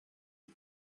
you